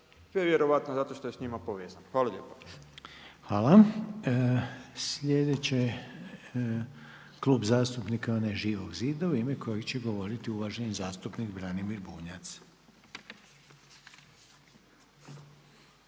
To je vjerojatno zato što je s njima povezan. Hvala lijepa. **Reiner, Željko (HDZ)** Hvala. Sljedeće je Klub zastupnika onaj Živog zida u ime koje će govoriti uvaženi zastupnik Branimir Bunjac.